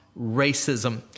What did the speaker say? racism